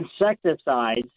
insecticides